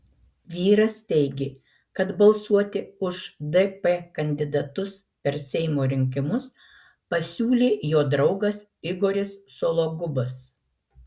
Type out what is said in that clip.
vyras teigė kad balsuoti už dp kandidatus per seimo rinkimus pasiūlė jo draugas igoris sologubas